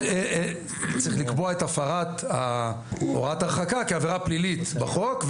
צריך לקבוע את הפרת הוראת הרחקה כעבירה פלילית בחוק,